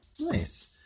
Nice